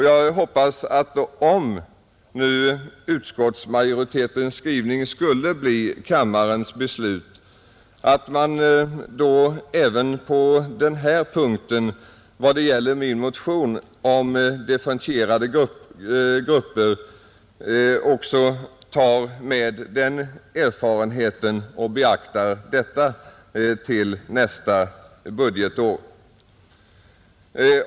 Jag hoppas att man, om nu utskottsmajoritetens skrivning skulle bli kammarens beslut, även vad det gäller den här frågan om differentierade grupper som jag behandlat i min motion tar denna erfarenhet i beaktande till nästa budgetår.